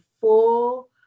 full